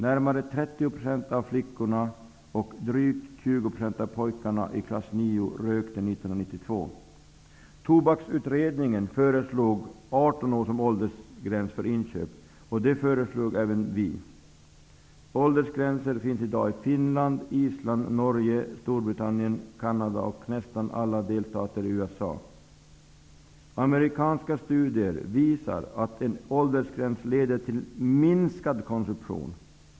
Närmare 30 % av flickorna och drygt 20 % av pojkarna i klass 9 rökte 1992. Tobaksutredningen föreslog 18 år som åldersgräns för inköp. Det föreslog även vi. Åldersgränser finns i dag i Finland, Island, Norge, Storbritannien, Canada och i nästan alla delstater i USA. Amerikanska studier visar att en åldersgräns leder till minskad konsumtion.